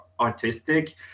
artistic